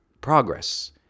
progress